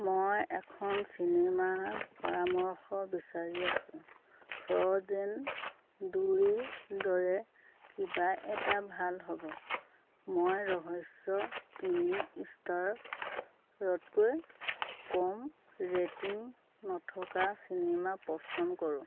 মই এখন চিনেমাৰ পৰামৰ্শ বিচাৰি আছোঁ ফ্ৰ'জেন দুইৰ দৰে কিবা এটা ভাল হ 'ব মই ৰহস্য তিনি ষ্টাৰতকৈ কম ৰেটিং নথকা চিনেমা পছন্দ কৰোঁ